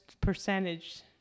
percentage